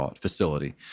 facility